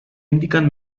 indican